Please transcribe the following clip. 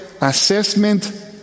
assessment